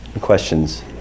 Questions